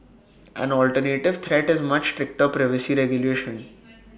an alternative threat is much stricter privacy regulation